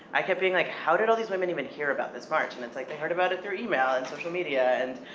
i kept being like, how did all these women even hear about this march? and it's like, they heard about it through email, and social media, and,